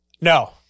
No